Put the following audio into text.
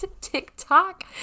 TikTok